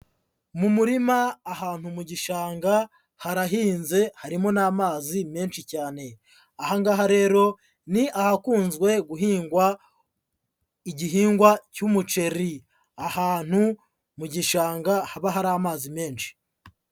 Mu murima ahantu mu gishanga, harahinze, harimo n'amazi menshi cyane. Aha ngaha rero ni ahakunzwe guhingwa igihingwa cy'umuceri. Ahantu mu gishanga haba hari amazi menshi.